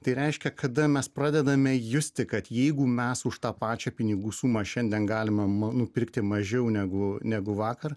tai reiškia kada mes pradedame justi kad jeigu mes už tą pačią pinigų sumą šiandien galima nupirkti mažiau negu negu vakar